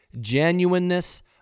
genuineness